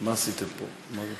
מה עשיתם פה?